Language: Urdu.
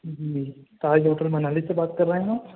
جی تاج ہوٹل منالی سے بات کر رہے ہیں